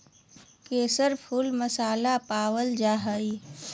केसर फुल मसाला पावल जा हइ